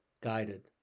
guided